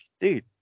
dude